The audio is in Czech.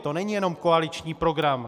To není jenom koaliční program.